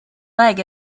leg